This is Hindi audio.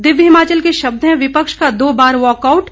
दिव्य हिमाचल के शब्द हैं विपक्ष का दो बार वाकआउट